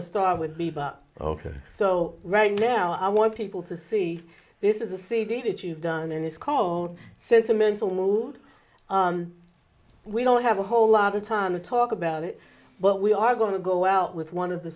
to start with bebop ok so right now i want people to see this is a cd that you've done and it's called sentimental mood we don't have a whole lot of time to talk about it but we are going to go out with one of the